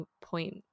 point